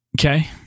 Okay